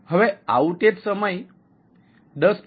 હવે આઉટેજ સમયને 10